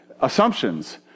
Assumptions